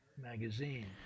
Magazine